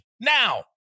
now